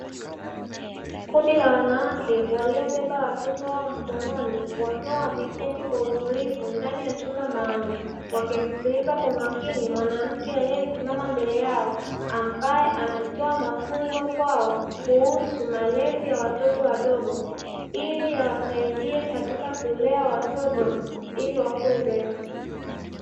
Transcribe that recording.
Kundi la wanawake waliobeba watoto wao mkononi wakiwa wameketi kwa utulivu ndani ya chumba maalumu, wakimsikiliza kwa makini mwanamke aliyesimama mbele yao ambaye anatoa mafunzo kwao kuhusu malezi ya watoto wadogo ili yawasaidie katika kuulea watoto ili wakue vyema.